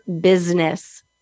business